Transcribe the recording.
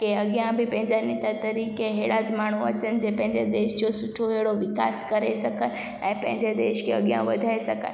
की अॻियां बि पंहिंजनि त तरीक़े अहिड़ा ज माण्हू अचनि जे पंहिंजे देश जो सुठो अहिड़ो विकास करे सघनि ऐं पंहिंजे देश खे अॻियां वधाए सघनि